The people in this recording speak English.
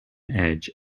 edge